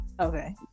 Okay